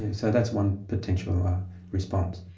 so that's one potential response.